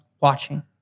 watching